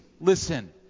listen